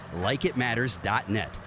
LikeItMatters.net